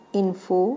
info